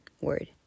word